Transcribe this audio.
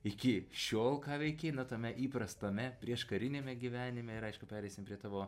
iki šiol ką veikei tame įprastame prieškariniame gyvenime ir aišku pereisim prie tavo